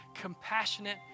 compassionate